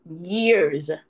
Years